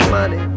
money